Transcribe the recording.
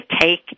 take